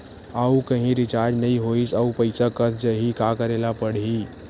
आऊ कहीं रिचार्ज नई होइस आऊ पईसा कत जहीं का करेला पढाही?